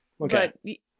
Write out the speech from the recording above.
Okay